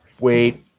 Wait